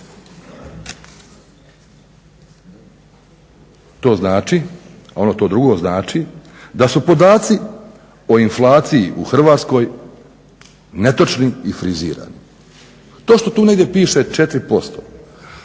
To znači, ono to drugo znači da su podaci o inflaciji u Hrvatskoj netočni i frizirani. To što tu negdje piše 4%,